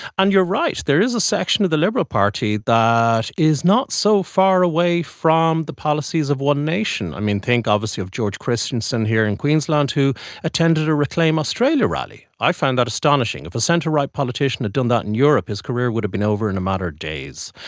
and you're right, there is a section of the liberal party that is not so far away from the policies of one nation. i mean, think obviously of george christensen here in queensland who attended a reclaim australia rally. i found that astonishing. if a centre-right politician had done that in europe his career would have been over in a matter of days.